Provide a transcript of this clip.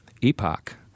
epoch